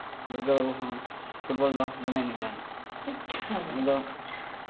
ᱫᱩᱨᱜᱟᱹ ᱵᱟᱹᱵᱩ ᱦᱚᱸ ᱯᱷᱩᱴᱵᱚᱞ ᱫᱚ ᱫᱚᱢᱮ ᱮᱱᱮᱡᱟᱭ ᱩᱱᱤ ᱫᱚ